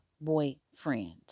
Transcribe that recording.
boyfriend